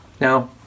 Now